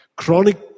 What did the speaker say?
chronic